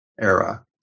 era